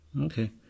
okay